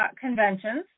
conventions